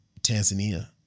Tanzania